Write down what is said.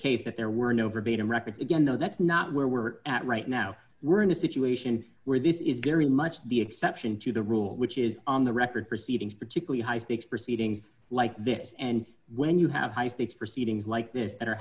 case that there were no verbatim records again though that's not where we're at right now we're in a situation where this is very much the exception to the rule which is on the record proceedings particularly high stakes proceedings like this and when you have high stakes proceedings like this that are